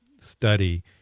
study